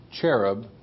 cherub